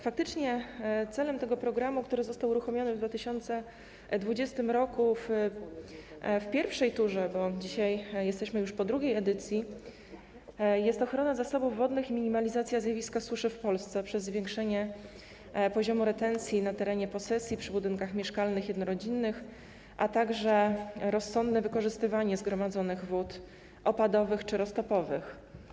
Faktycznie celem tego programu, który został uruchomiony w 2020 r. w pierwszej turze - bo dzisiaj jesteśmy już po drugiej edycji - jest ochrona zasobów wodnych i minimalizacja zjawiska suszy w Polsce przez zwiększenie poziomu retencji na terenie posesji, przy budynkach mieszkalnych jednorodzinnych, a także rozsądne wykorzystywanie zgromadzonych wód opadowych czy roztopowych.